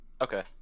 Okay